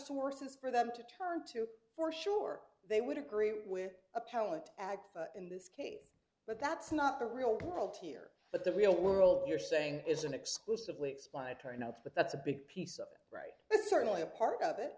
sources for them to turn to for sure they would agree with appellant ag in this case but that's not the real world here but the real world you're saying isn't exclusively explanatory notes but that's a big piece of it right that's certainly a part of it